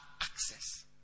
access